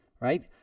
right